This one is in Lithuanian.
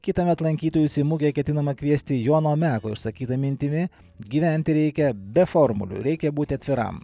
kitąmet lankytojus į mugę ketinama kviesti jono meko išsakyta mintimi gyventi reikia be formulių reikia būti atviram